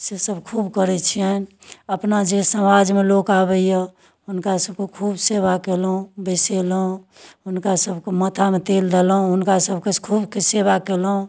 से सब खूब करैत छिअनि अपना जे समाजमे लोक आबैए हुनका सबकऽ खूब सेबा कयलहुँ बैसेलहुँ हुनका सबकऽ माथामे तेल देलहुँ हुनका सबकऽ खूबके सेबा कयलहुँ